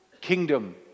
kingdom